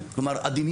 הדמיון